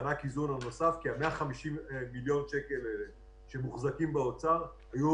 כי ה-150 מיליון שקל האלה שמוחזקים במשרד האוצר היו